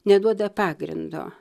neduoda pagrindo